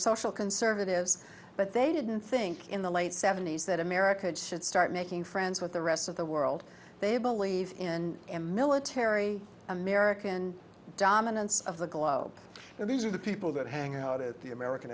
social conservatives but they didn't think in the late seventy's that america should start making friends with the rest of the world they believe in a military american dominance of the globe and these are the people that hang out at the american